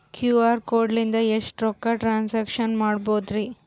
QR code ಲಿಂದ ಎಷ್ಟ ರೊಕ್ಕ ಟ್ರಾನ್ಸ್ಯಾಕ್ಷನ ಮಾಡ್ಬೋದ್ರಿ?